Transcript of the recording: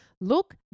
Look